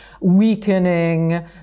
weakening